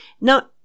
Now